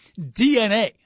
DNA